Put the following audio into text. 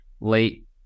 late